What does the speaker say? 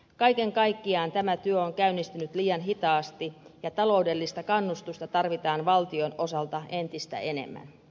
kaiken kaikkiaan tämä työ on käynnistynyt liian hitaasti ja taloudellista kannustusta tarvitaan valtion osalta entistä enemmän